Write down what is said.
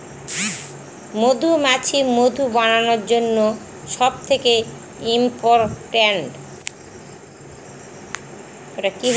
মধুমাছি মধু বানানোর জন্য সব থেকে ইম্পোরট্যান্ট